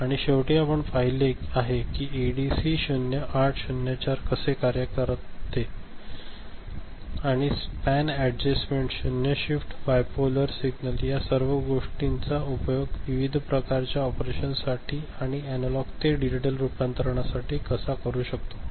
आणि शेवटी आपण पाहिले आहे की एडीसी 0804 कसे कार्य कसे कार्य करते आणि स्पॅन अड्स्टमेन्ट शून्य शिफ्ट बायपोलर सिग्नल या सर्व गोष्टींचा उपयोग विविध प्रकारच्या ऑपरेशनसाठी आणि अनालॉग ते डिजिटल रूपांतरानासाठी कसा करू शकतो